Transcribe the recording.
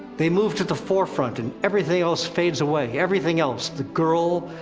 they move to the forefront, and everything else fades away, everything else the girl,